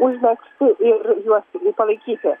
užmegzti ir juos palaikyti